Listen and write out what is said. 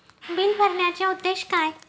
Bill भरण्याचे उद्देश काय?